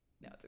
no